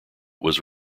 was